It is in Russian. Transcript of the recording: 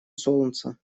солнца